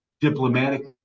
diplomatically